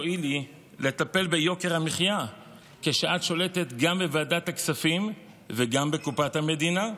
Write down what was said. תואילי לטפל ביוקר המחיה כשאת שולטת גם בוועדת הכספים וגם בקופת המדינה?